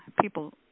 people